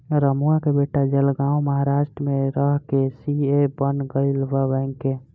रमुआ के बेटा जलगांव महाराष्ट्र में रह के सी.ए बन गईल बा बैंक में